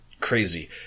Crazy